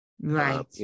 Right